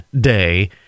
Day